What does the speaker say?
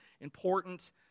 important